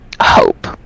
hope